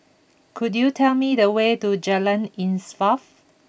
could you tell me the way to Jalan Insaf